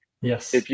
Yes